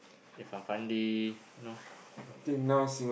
Irfan Fandi you know